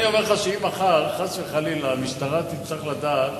אם מחר, חס וחלילה, המשטרה תצטרך לדעת